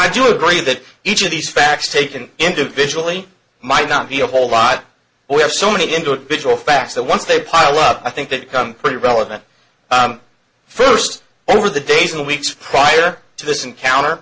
i do agree that each of these facts taken individually might not be a whole lot we have so many individual facts that once they pile up i think that become pretty relevant first over the days and weeks prior to this encounter